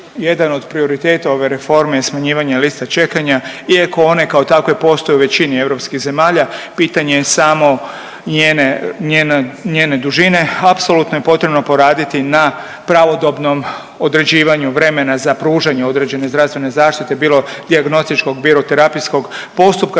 Jedan od prioriteta ove reforme je smanjivanje liste čekanja iako one kao takve postoje u većini europskih zemalja, pitanje je samo njene dužine. Apsolutno je potrebno poraditi na pravodobnom određivanju vremena za pružanju određene zdravstvene zaštite bilo dijagnostičkog, bilo terapijskog postupka.